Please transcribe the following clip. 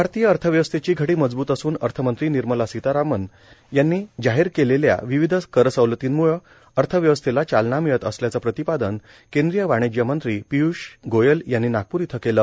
भारतीय अर्थव्यवस्थेची घडी मजबूत असून अर्थमंत्री निर्मला सीतारामन यांनी जाहीर केलेल्या विविध करसवलतीमुळ अर्थव्यवस्थेला चालना मिळत असल्याच प्रतिपादन केंद्रीय वाणिज्यमंत्री पिय्ष गोयल यांनी नागपूर इथं केल